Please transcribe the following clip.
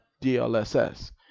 DLSS